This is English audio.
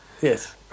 Yes